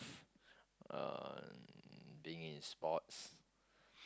uh being in sports